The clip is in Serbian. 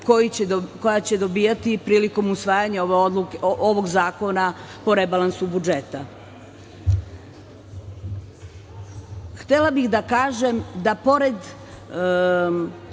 koji će dobijati prilikom usvajanja ove zakona po rebalansu budžeta. Htela